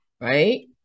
right